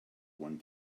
one